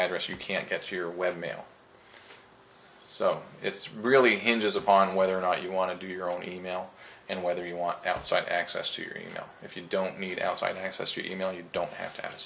address you can't get your webmail so it's really hinges upon whether or not you want to do your own email and whether you want outside access to your email if you don't meet outside access to email you don't have to have a